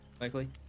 likely